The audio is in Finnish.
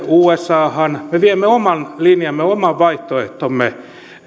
usahan me viemme oman linjamme oman vaihtoehtomme